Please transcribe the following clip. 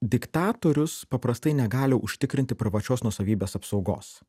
diktatorius paprastai negali užtikrinti privačios nuosavybės apsaugos